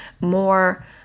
more